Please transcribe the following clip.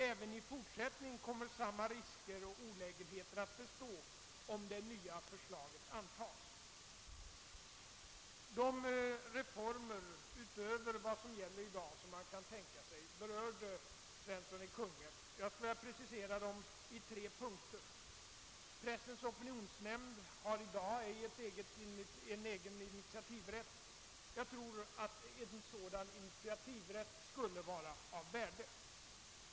Även i fortsättningen kommer samma risker och olägenheter att bestå, om det nya förslaget antas.» Herr Svensson i Kungälv berörde de reformer som man kan tänka sig utöver vad som gäller i dag. Jag skulle vilja precisera dessa i tre punkter. För det första har Pressens opinionsnämnd i dag icke någon egen initiativrätt. Jag tror att en sådan initiativrätt skulle vara av värde.